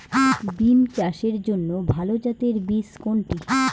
বিম চাষের জন্য ভালো জাতের বীজ কোনটি?